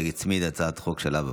שהצמידה הצעת חוק שלה.